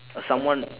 uh someone